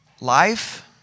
life